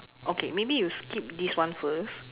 okay maybe you skip this one first